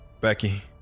Becky